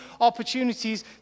opportunities